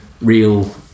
real